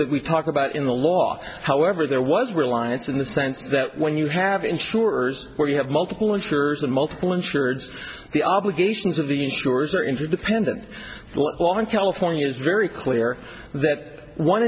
that we talk about in the law however there was reliance in the sense that when you have insurers where you have multiple insurers and multiple insurance the obligations of the insurers are interdependent long california is very clear that one